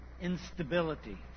instability